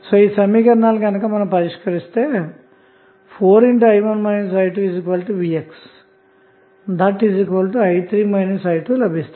ఈ సమీకరణాలను పరిష్కరిస్తే 4i1 i2vxi3 i2 లభిస్తుంది